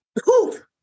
Poof